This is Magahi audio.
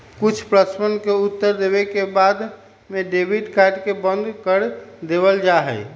कुछ प्रश्नवन के उत्तर देवे के बाद में डेबिट कार्ड के बंद कर देवल जाहई